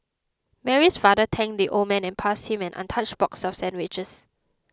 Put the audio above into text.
Mary's father thanked the old man and passed him an untouched box of sandwiches